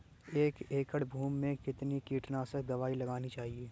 एक एकड़ भूमि में कितनी कीटनाशक दबाई लगानी चाहिए?